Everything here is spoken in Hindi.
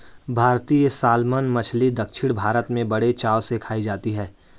भारतीय सालमन मछली दक्षिण भारत में बड़े चाव से खाई जाती है